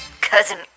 cousin